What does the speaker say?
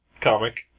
comic